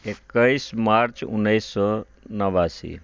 एक्कैस मार्च उन्नैस सए नवासी